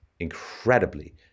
incredibly